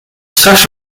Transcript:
straks